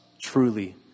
truly